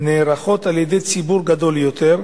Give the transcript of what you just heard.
נערכות על-ידי ציבור גדול יותר,